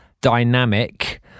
dynamic